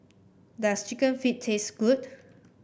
does chicken feet taste good